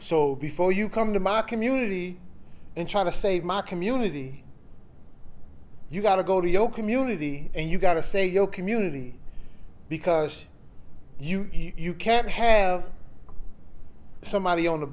so before you come to my community and try to save my community you've got to go to your community and you've got to say your community because you you can't have somebody on the